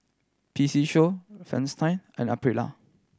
P C Show Fristine and Aprilia